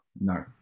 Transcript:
No